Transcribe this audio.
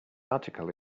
article